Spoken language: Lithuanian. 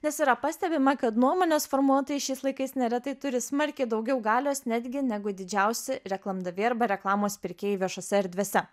nes yra pastebima kad nuomonės formuotojai šiais laikais neretai turi smarkiai daugiau galios netgi negu didžiausi reklamdaviai arba reklamos pirkėjai viešose erdvėse